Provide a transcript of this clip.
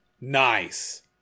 Nice